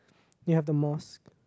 you have the mosque